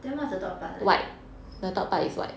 then what's the top part like